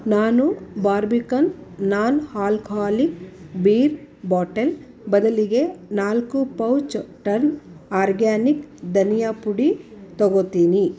ನಾನು Barbican non alcoholic beer bottle ಬದಲಿಗೆ ನಾಲ್ಕು ಪೌಚ್ ಟರ್ನ್ ಆರ್ಗ್ಯಾನಿಕ್ ಧನಿಯಾ ಪುಡಿ ತಗೊಳ್ತೀನಿ